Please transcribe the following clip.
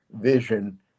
vision